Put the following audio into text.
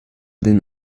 den